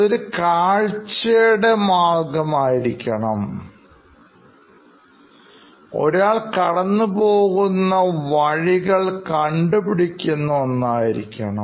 അതൊരു കാഴ്ച മാർഗ്ഗമാകണം